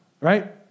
right